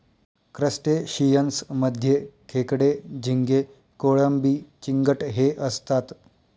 crustaceans मध्ये खेकडे, झिंगे, कोळंबी, चिंगट हे असतात